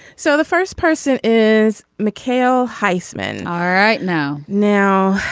so the first person is mchale heisman ah right now now.